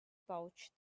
pouch